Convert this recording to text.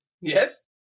Yes